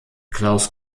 klaus